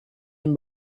ihn